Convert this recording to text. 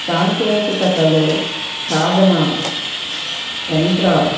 సాంకేతికతలు సాధనాలు యంత్రాలు